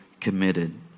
committed